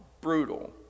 Brutal